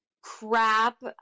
crap